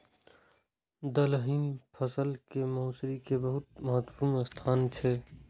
दलहनी फसिल मे मौसरी के बहुत महत्वपूर्ण स्थान छै